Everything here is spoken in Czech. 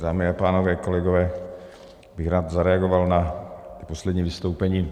Dámy a pánové, kolegové, rád bych zareagoval na poslední vystoupení.